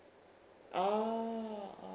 orh orh